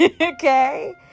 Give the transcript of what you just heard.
Okay